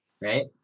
right